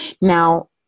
Now